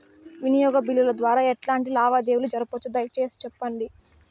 వినియోగ బిల్లుల ద్వారా ఎట్లాంటి లావాదేవీలు జరపొచ్చు, దయసేసి సెప్పండి?